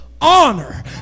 honor